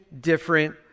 different